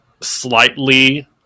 slightly